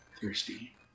thirsty